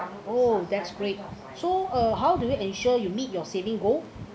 oh that's great so uh how do you ensure you meet your saving goal